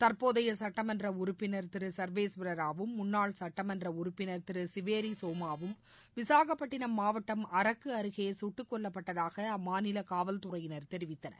தற்போதைய சுட்டமன்ற உறுப்பினர் திரு சர்வேஸ்வர ராவும் முன்னாள் சுட்டமன்ற உறுப்பினர் திரு சிவேரி சோமாவும் விசாகப்பட்டினம் மாவட்டம் அரக்கு அருகே கட்டுக்கொல்லப்பட்டதாக அம்மாநில காவல்தறையினா தெரிவித்தனர்